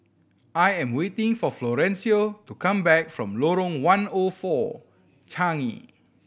I am waiting for Florencio to come back from Lorong One O Four Changi